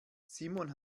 simon